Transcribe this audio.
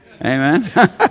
Amen